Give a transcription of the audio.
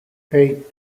eight